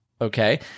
Okay